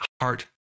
heart